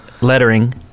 lettering